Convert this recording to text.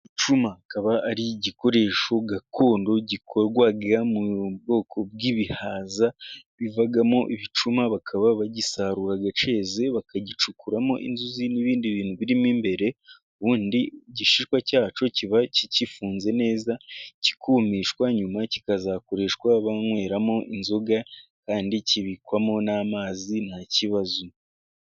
Igicuma kikaba ari igikoresho gakondo gikorwa mu bwoko bw'ibihaza bivamo ibicuma, bakaba bagisarura cyeze bakagikuramo inzuzi n'ibindi bintu birimo imbere, ubundi igishishwa cyacyo kiba kigifunze neza kikumishwa, nyuma kikazakoreshwa banyweramo inzoga, kandi kibikwamo n'amazi nta kibazo.